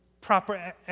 proper